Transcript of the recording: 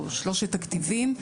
או שלושת הכתיבים,